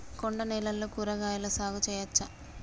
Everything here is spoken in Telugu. కొండ నేలల్లో కూరగాయల సాగు చేయచ్చా?